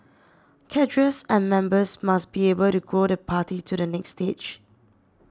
cadres and members must be able to grow the party to the next stage